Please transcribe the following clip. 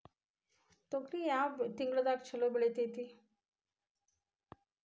ತೊಗರಿ ಯಾವ ತಿಂಗಳದಾಗ ಛಲೋ ಬೆಳಿತೈತಿ?